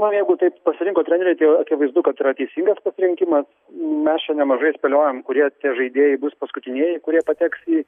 na jeigu taip pasirinko treneriai tai akivaizdu kad yra teisingas pasirinkimas mes čia nemažai spėliojom kurie tie žaidėjai bus paskutinieji kurie pateks į